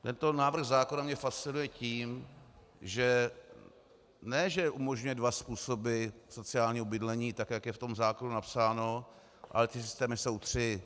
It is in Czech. Tento návrh zákona mě fascinuje tím, že ne že umožňuje dva způsoby sociálního bydlení, tak jak je v tom zákonu napsáno, ale ty systémy jsou tři.